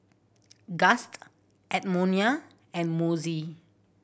Gust Edmonia and Mossie